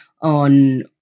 on